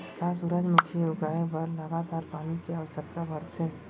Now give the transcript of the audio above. का सूरजमुखी उगाए बर लगातार पानी के आवश्यकता भरथे?